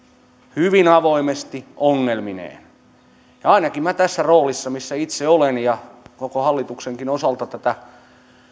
hyvin avoimesti ongelmineen ainakin minä tässä roolissa missä itse olen ja koko hallituksenkin osalta tätä